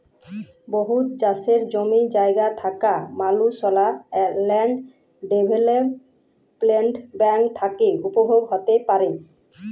বহুত চাষের জমি জায়গা থ্যাকা মালুসলা ল্যান্ড ডেভেলপ্মেল্ট ব্যাংক থ্যাকে উপভোগ হ্যতে পারে